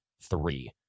three